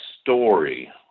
story